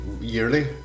yearly